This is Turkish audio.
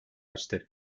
açtı